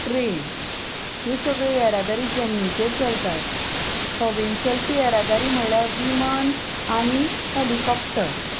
train हे सगळे येरादारी जमनीचेर चलतात हवेन चलपी येरादारी म्हणल्यार विमन आनी हॅलीकॉप्टर